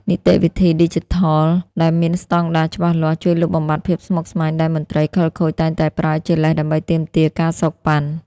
នីតិវិធីឌីជីថលដែលមានស្ដង់ដារច្បាស់លាស់ ជួយលុបបំបាត់ភាពស្មុគស្មាញដែលមន្ត្រីខិលខូចតែងតែប្រើជាលេសដើម្បីទាមទារ ការសូកប៉ាន់។